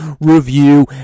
review